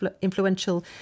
influential